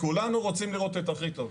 כולנו רוצים לראות את הכי טוב.